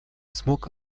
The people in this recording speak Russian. смог